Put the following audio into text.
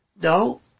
No